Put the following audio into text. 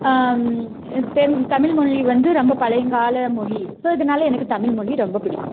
them Tamil மொழி வந்து ரொம்ப பழங்கால மொழி ஸோ இதனால் எனக்கு தமிழ் மொழி பிடிக்கும்